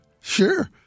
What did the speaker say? Sure